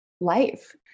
life